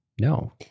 no